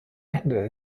ende